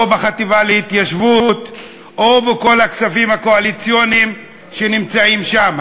או בחטיבה להתיישבות או בכל הכספים הקואליציוניים שנמצאים שם,